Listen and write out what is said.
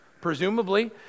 Presumably